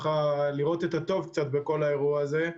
לראות את הטוב קצת בכל האירוע הזה,